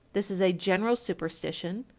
this is a general superstition.